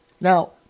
Now